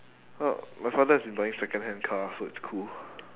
uh my father has been buying secondhand car so it's cool